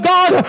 God